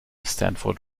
stanford